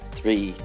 three